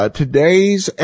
today's